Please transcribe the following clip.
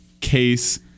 case